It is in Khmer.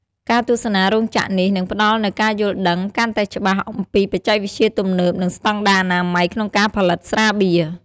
ការទស្សនារោងចក្រនេះ នឹងផ្ដល់នូវការយល់ដឹងកាន់តែច្បាស់អំពីបច្ចេកវិទ្យាទំនើប និងស្តង់ដារអនាម័យក្នុងការផលិតស្រាបៀរ។